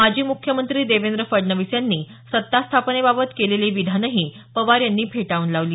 माजी म्ख्यमंत्री देवेंद्र फडणवीस यांनी सत्ता स्थापनेबाबत केलेली विधानंही पवार यांनी फेटाळून लावली